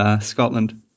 Scotland